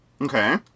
Okay